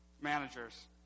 managers